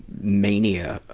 media.